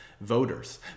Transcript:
voters